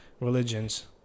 religions